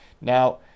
Now